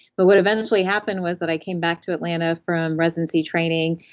but what eventually happened was that i came back to atlanta from residency training,